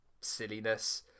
silliness